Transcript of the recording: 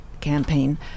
Campaign